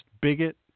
bigot